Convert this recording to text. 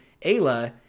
Ayla